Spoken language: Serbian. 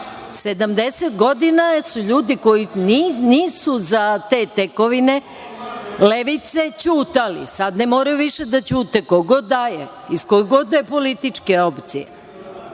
godina su ljudi koji nisu za te tekovine levice ćutali. Sada ne moraju više da ćute, ko god da je, iz koje god da je političke opcije. Prema